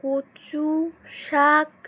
কচু শাক